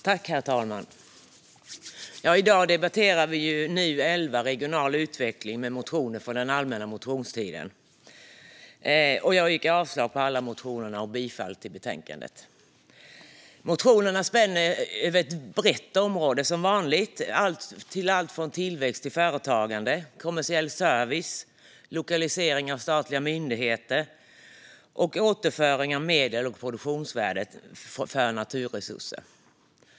Herr talman! I dag debatterar vi NU11 Regional utveckling med motioner från den allmänna motionstiden. Jag yrkar avslag på alla motioner och bifall till utskottets förslag i betänkandet. Motionerna spänner som vanligt över ett brett område med alltifrån tillväxt och företagande till kommersiell service, lokalisering av statliga myndigheter och återföring av medel och produktionsvärden från naturresurser.